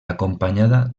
acompanyada